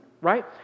right